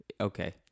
okay